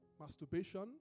masturbation